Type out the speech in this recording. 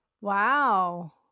Wow